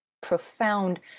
profound